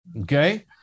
Okay